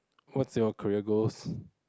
what's your career goals